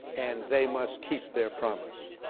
and they must keep their promise.